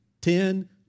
Ten